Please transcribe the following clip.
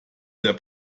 der